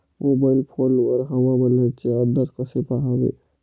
Mobile phone वर हवामानाचे अंदाज कसे पहावे?